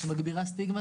לאותה פרסונה יש ילדים,